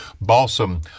balsam